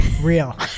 Real